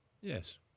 Yes